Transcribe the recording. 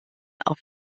auf